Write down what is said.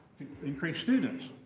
increase students.